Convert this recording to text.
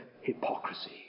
hypocrisy